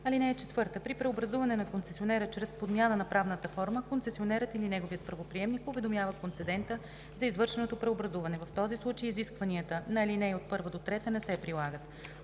концесионера. (4) При преобразуване на концесионера чрез промяна на правната форма концесионерът или неговият правоприемник уведомява концедента за извършеното преобразуване. В този случай изискванията на ал. 1 – 3 не се прилагат.